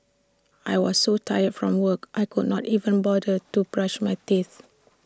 I was so tired from work I could not even bother to brush my teeth